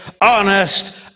honest